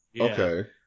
Okay